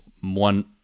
one